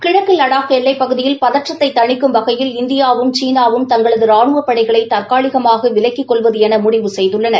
கிழக்கு லடாக் எல்லைப் பகுதியில் பதற்றத்தை தணிக்கும் வகையில் இந்தியா வும் சீனாவும் தங்களது ராணுவ படைகளை தற்காலிகமாக விலக்கிக் கொள்வது என முடிவு செய்துள்ளன